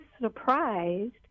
surprised